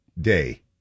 day